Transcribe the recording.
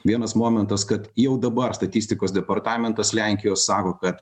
vienas momentas kad jau dabar statistikos departamentas lenkijos sako kad